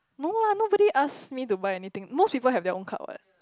no lah nobody ask me to buy anything most people have their own card [what]